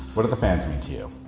what do the fans mean to you?